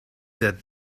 that